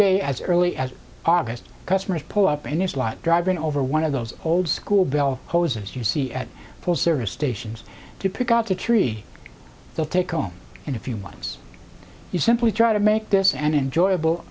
day as early as august customers pull up and there's a lot driving over one of those old school bell hoses you see at full service stations to pick out a tree they'll take home and if you once you simply try to make this an enjoyable